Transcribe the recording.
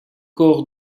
corps